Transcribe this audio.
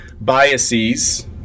biases